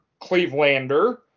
Clevelander